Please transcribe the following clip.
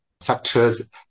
factors